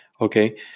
okay